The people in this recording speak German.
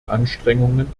anstrengungen